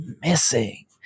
missing